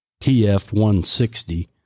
TF-160